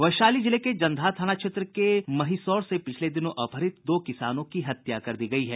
वैशाली जिले के जन्दाहा थाना क्षेत्र के महिसौर से पिछले दिनों अपहृत दो किसानों की हत्या कर दी गई है